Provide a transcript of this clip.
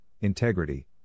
integrity